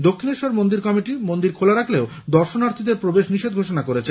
দক্ষিণেশ্বর মন্দির কমিটি মন্দির খোলা রাখলে দর্শনার্থীদের প্রবেশ নিষেধ ঘোষণা করেছে